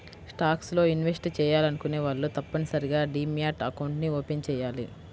stocks లో invest చెయ్యాలనుకునే వాళ్ళు తప్పనిసరిగా డీమ్యాట్ అకౌంట్ని ఓపెన్ చెయ్యాలి